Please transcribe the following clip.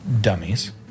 dummies